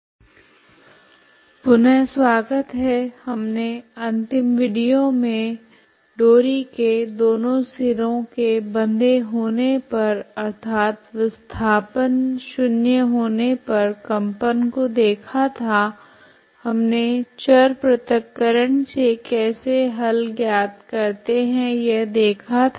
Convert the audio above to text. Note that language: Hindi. परिमित लम्बाई की डोरी के कंम्पन संतत् पुनः स्वागत है हमने अंतिम विडियो मे डोरी के दोनों सिरों के बंधे होने पर अर्थात विस्थापन शून्य होने पर कंपन को देखा था हमने चर प्रथक्करण से कैसे हल ज्ञात करते है यह देखा था